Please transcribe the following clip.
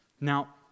Now